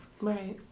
Right